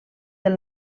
del